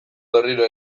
berriro